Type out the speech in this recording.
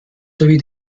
sowie